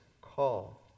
call